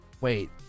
wait